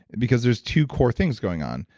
because there's two core things going on.